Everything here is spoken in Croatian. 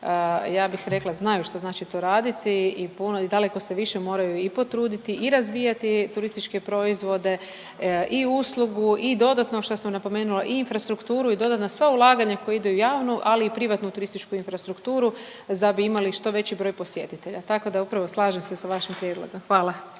ja bih rekla znaju što znači to raditi i puno i daleko se više moraju i potruditi i razvijati turističke proizvode i uslugu i dodatno šta sam napomenula i infrastrukturu i dodatna sva ulaganja koja idu u javnu, ali i privatnu turističku infrastrukturu da bi imali što veći broj posjetitelja. Tako da upravo slažem se sa vašim prijedlogom, hvala.